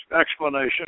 explanation